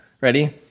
Ready